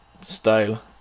style